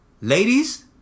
ladies